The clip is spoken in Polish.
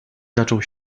zaczął